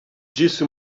disse